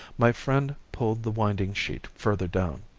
my friend pulled the winding sheet further down.